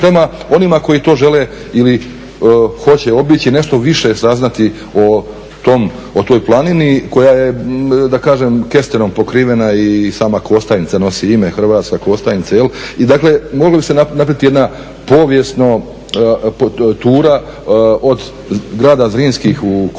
prema onima koji to žele ili hoće obići, nešto više saznati o toj planini koja je kestenom pokrivena i sama Kostajnica nosi ime Hrvatska Kostajnica. Dakle mogla bi se napraviti jedna povijesna tura od grada Zrinskih u Kostajnici,